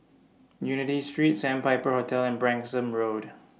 Unity Street Sandpiper Hotel and Branksome Road